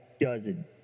dozen